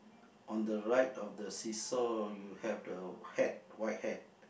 on the right of the seesaw you have the hat white hat